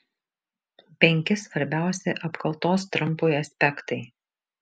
penki svarbiausi apkaltos trampui aspektai